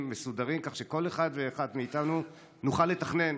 מסודרים כך שכל אחד ואחת מאיתנו יוכל לתכנן,